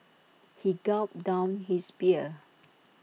he gulped down his beer